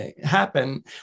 happen